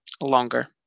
longer